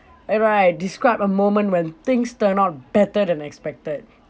alright describe a moment when things turned out better than expected